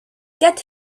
get